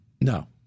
No